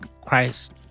christ